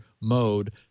mode